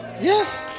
yes